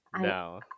No